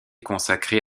consacré